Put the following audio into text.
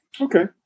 Okay